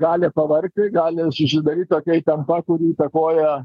gali pavargti gali susidaryt tokia įtampa kuri įtakoja